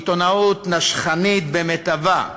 עיתונאות נשכנית במיטבה,